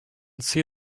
see